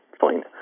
Fine